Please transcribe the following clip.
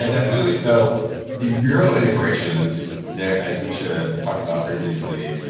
ah definitely. so the bureau integrations there, as misha talked about previously,